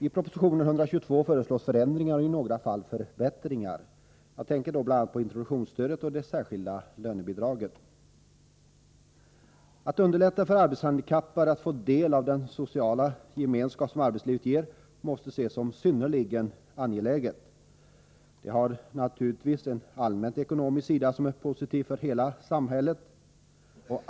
I propositionen 122 föreslås förändringar och i några fall förbättringar. Jag tänker då bl.a. på introduktionsstödet och det särskilda lönebidraget. Att underlätta för arbetshandikappade att få del av den sociala gemenskap som arbetslivet ger måste ses som synnerligen angeläget. Det har naturligtvis en allmänt ekonomisk sida som är positiv för hela samhället.